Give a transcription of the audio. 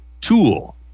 tool